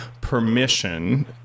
permission